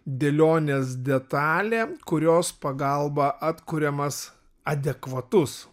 dėlionės detalė kurios pagalba atkuriamas adekvatus